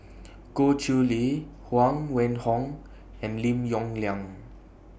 Goh Chiew Lye Huang Wenhong and Lim Yong Liang